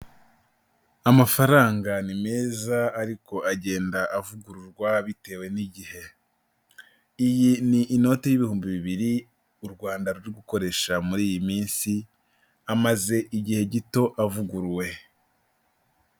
Amafaranga ni meza ariko agenda avugururwa bitewe n'igihe, iyi ni inoti y'ibihumbi bibiri u Rwanda ruri gukoresha muri iyi minsi, amaze igihe gito avuguruwe.